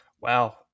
Wow